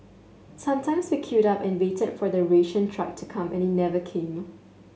sometimes we queued up and waited for the ration truck to come and it never came